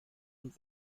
und